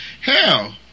hell